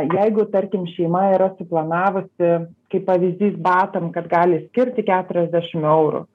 jeigu tarkim šeima yra suplanavusi kaip pavyzdys batam kad gali skirti keturiasdešim eurų